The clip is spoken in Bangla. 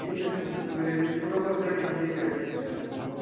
ঠিক আছে বুঝতে পেরে গেছি ছোটো করে তাহলে লিখে দিয়ে কেটে দিচ্ছি আর কি করব